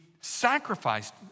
sacrificed